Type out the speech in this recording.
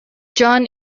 john